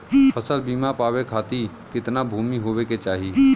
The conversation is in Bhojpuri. फ़सल बीमा पावे खाती कितना भूमि होवे के चाही?